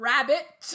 Rabbit